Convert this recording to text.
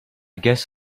guess